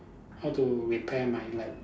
how to repair my light